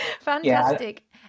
fantastic